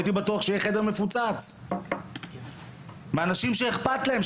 הייתי בטוח שיהיה חדר מפוצץ מאנשים שאכפת להם,